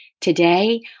Today